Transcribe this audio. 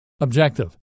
Objective